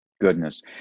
Goodness